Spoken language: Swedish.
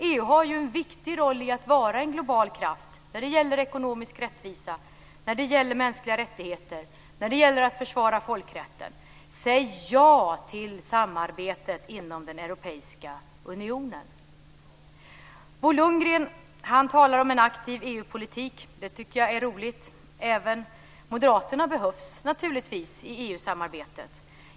EU har ju en viktig roll i att vara en global kraft när det gäller ekonomisk rättvisa, mänskliga rättigheter och när det gäller att försvara folkrätten. Säg ja till samarbetet inom den europeiska unionen! Bo Lundgren talar om en aktiv EU-politik. Det tycker jag är roligt. Även Moderaterna behövs naturligtvis i EU-samarbetet.